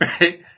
right